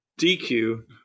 dq